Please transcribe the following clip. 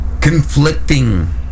Conflicting